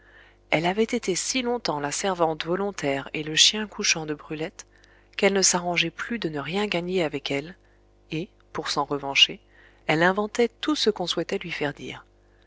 elle avait été si longtemps la servante volontaire et le chien couchant de brulette qu'elle ne s'arrangeait plus de ne rien gagner avec elle et pour s'en revancher elle inventait tout ce qu'on souhaitait lui faire dire